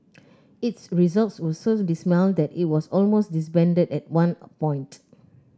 its results were so dismal that it was almost disbanded at one point